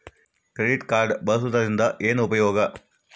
Credit card ಬಳಸುವದರಿಂದ ಏನು ಉಪಯೋಗ?